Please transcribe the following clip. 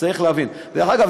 דרך אגב,